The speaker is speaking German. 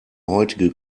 heutige